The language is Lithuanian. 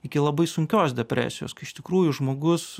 iki labai sunkios depresijos kai iš tikrųjų žmogus